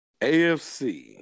AFC